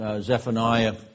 Zephaniah